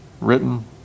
written